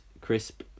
crisp